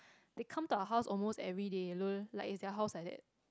they come to our house almost everyday lol like it's their house like that